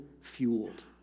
fueled